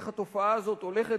איך התופעה הזאת הולכת